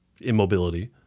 immobility